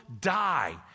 die